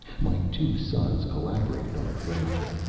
my two sons collaborated on the furniture.